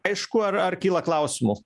aišku ar ar kyla klausimų